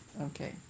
okay